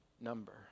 number